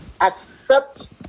accept